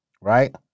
Right